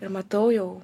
ir matau jau